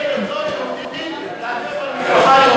ילד לא